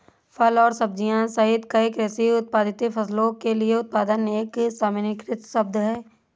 फल और सब्जियां सहित कई कृषि उत्पादित फसलों के लिए उत्पादन एक सामान्यीकृत शब्द है